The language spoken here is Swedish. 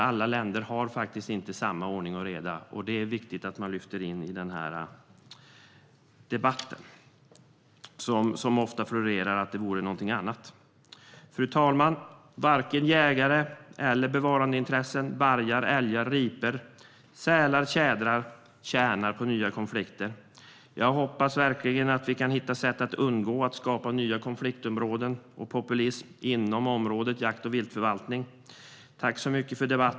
Alla länder har faktiskt inte samma ordning och reda, och det är viktigt att ha med det i den här debatten. Ofta florerar det att det handlar om någonting annat. Fru talman! Varken jägare, bevarandeintressen, vargar, älgar, ripor, sälar eller tjädrar tjänar på nya konflikter. Jag hoppas verkligen att vi kan hitta sätt att undgå att skapa nya konflikter och populism inom området jakt och viltförvaltning.